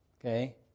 okay